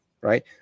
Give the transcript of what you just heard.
Right